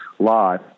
live